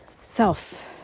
self